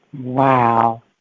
Wow